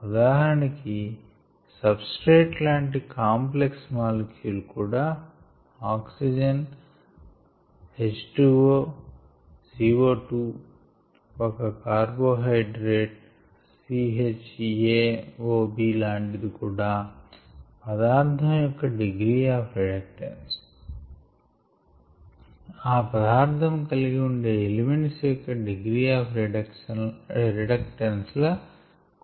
ఉదాహరణకి సబ్స్ట్రేట్ లాంటి complex molecule కూడా O2 H2O CO2 ఒక కార్బోహైడ్రేట్ CHaOb లాంటిది కూడా పదార్ధం యొక్క డిగ్రీ ఆఫ్ రిడక్టన్స్ ఆ పదార్ధము కలిగి ఉండే ఎలిమెంట్స్ యొక్క డిగ్రీ ఆఫ్ రిడక్టన్స్ ల కూడిక తో సమానం